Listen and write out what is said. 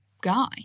guy